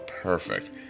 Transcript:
Perfect